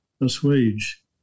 assuage